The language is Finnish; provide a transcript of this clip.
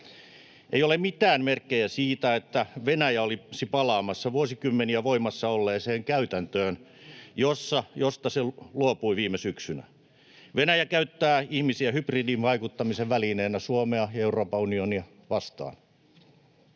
Ei ole mitään merkkejä siitä, että Venäjä olisi palaamassa vuosikymmeniä voimassa olleeseen käytäntöön, josta se luopui viime syksynä. Venäjä käyttää ihmisiä hybridivaikuttamisen välineenä Suomea ja Euroopan unionia vastaan.